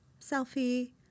Selfie